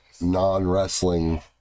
non-wrestling